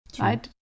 right